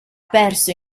perso